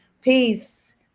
Peace